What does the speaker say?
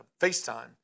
FaceTime